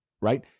right